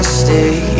stay